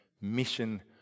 mission